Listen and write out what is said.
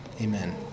amen